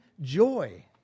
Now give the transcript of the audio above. joy